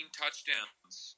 touchdowns